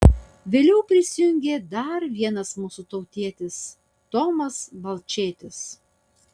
vėliau prisijungė dar vienas mūsų tautietis tomas balčėtis